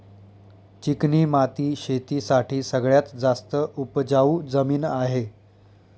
चिकणी माती शेती साठी सगळ्यात जास्त उपजाऊ जमीन आहे